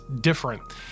different